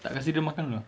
tak kasi dia makan dulu